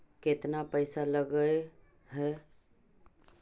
केतना पैसा लगय है?